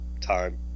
time